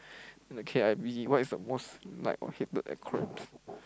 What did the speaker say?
okay I busy what is the most like hated acronyms